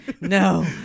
no